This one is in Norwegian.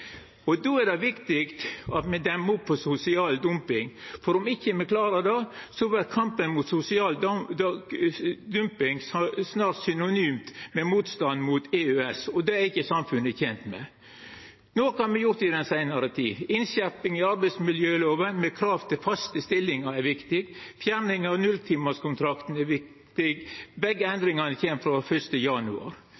Då er det viktig at me demmer opp for sosial dumping, for om me ikkje klarar det, vert kampen mot sosial dumping snart synonymt med motstanden mot EØS. Det er samfunnet ikkje tent med. Noko har me gjort i den seinare tida. Innskjerpinga i arbeidsmiljøloven, med krav om faste stillingar, er viktig. Fjerninga av nulltimarskontrakten er viktig. Begge